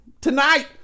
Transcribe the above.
Tonight